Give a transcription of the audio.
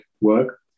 work